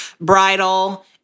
bridal